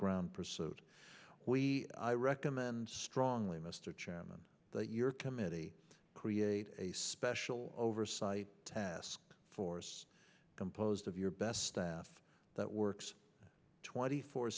ground pursuit we recommend strongly mr chairman that your committee create a special oversight task force composed of your best staff that works twenty four